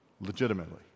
Legitimately